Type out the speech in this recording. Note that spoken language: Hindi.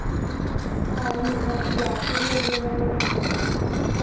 और मेरे पास ग़ुलाब के भी एवेलेबल हैं